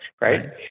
right